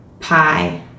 pie